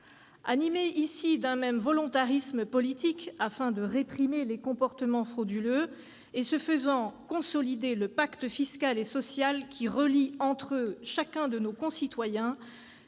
Animés ici d'un même volontarisme politique visant à réprimer les comportements frauduleux et, ce faisant, consolider le pacte fiscal et social qui relie entre eux chacun de nos concitoyens,